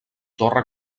torre